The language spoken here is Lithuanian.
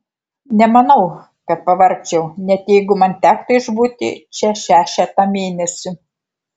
nemanau kad pavargčiau net jeigu man tektų išbūti čia šešetą mėnesių